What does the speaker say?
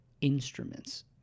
instruments